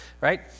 Right